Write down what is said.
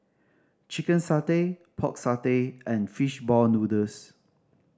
chicken satay Pork Satay and fish ball noodles